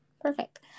Perfect